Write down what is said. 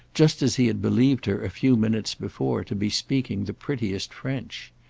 just as he had believed her a few minutes before to be speaking the prettiest french.